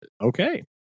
okay